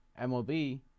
MLB